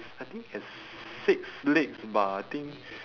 I think has six legs but I think